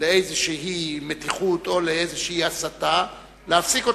לאיזו מתיחות או הסתה, להפסיק אותה.